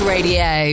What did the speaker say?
Radio